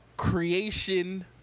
creation